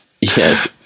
Yes